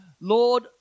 Lord